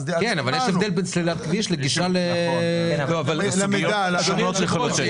אבל יש הבדל בין סלילת כביש לבין גישה למידע של אזרחים.